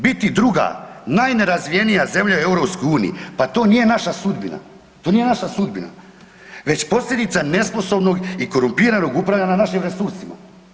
Biti druga najnerazvijenija zemlja u EU pa to nije naša sudbina, to nije naša sudbina već posljedica nesposobnog i korumpiranog upravljanja našim resursima.